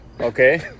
Okay